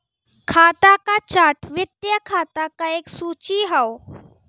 खाता क चार्ट वित्तीय खाता क एक सूची हौ